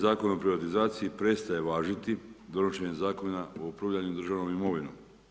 Zakonom o privatizaciji prestaje važiti donošenje zakona o upravljanju državnom imovinom.